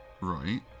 Right